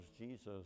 Jesus